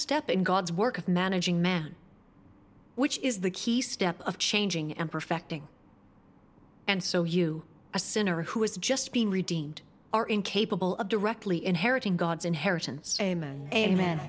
step in god's work of managing man which is the key step of changing and perfecting and so you a sinner who is just being redeemed are incapable of directly inheriting god's inheritance amen